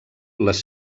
les